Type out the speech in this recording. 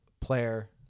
player